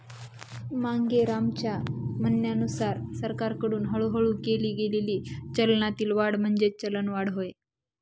मांगेरामच्या म्हणण्यानुसार सरकारकडून हळूहळू केली गेलेली चलनातील वाढ म्हणजेच चलनवाढ होय